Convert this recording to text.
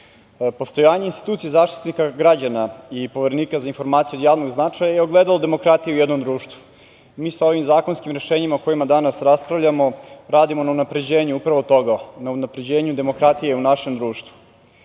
postojanje institucije Zaštitnika građana i Poverenika za informacije od javnog značaja je ogledalo demokratije u jednom društvu. Mi, sa ovim zakonskim rešenjima o kojima danas raspravljamo radimo na unapređenju upravo toga, na unapređenju demokratije u našem društvu.